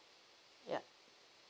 ya